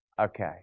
okay